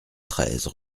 treize